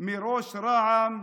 מראש רע"מ,